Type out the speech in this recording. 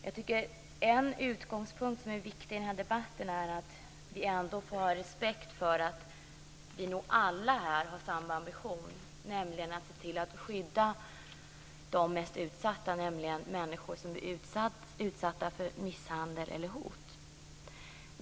Jag tycker att en utgångspunkt, som är viktig i debatten, är att vi får ha respekt för att vi alla här nog har samma ambition. Vi vill alla se till att skydda de mest utsatta, människor som har blivit utsatta för misshandel eller hot.